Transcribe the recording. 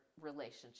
relationship